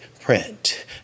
print